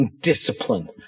discipline